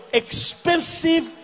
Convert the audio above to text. expensive